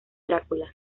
drácula